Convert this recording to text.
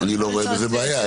אני לא רואה בזה בעיה.